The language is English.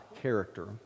character